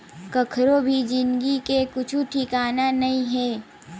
कखरो भी जिनगी के कुछु ठिकाना नइ हे